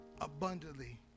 abundantly